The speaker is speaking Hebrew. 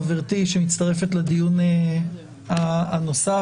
חברתי שמצטרפת לדיון הנוסף.